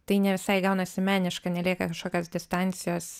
tai ne visai gaunasi meniška nelieka kažkokios distancijos